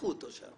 השביחו אותו שם.